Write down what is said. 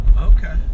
Okay